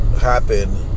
happen